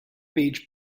beach